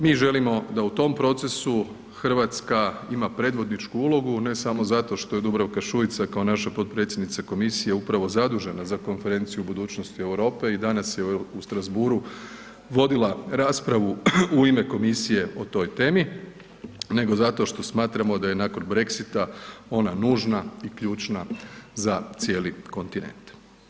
Mi želimo da u tom procesu RH ima predvodničku ulogu ne samo zato što je Dubravka Šuica kao naša potpredsjednica komisije upravo zadužena za Konferenciju o budućnosti Europe i danas je u Strasbourgu vodila raspravu u ime Komisije o toj temi nego zato što smatramo da je nakon Brexita ona nužna i ključna za cijeli kontinent.